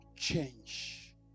change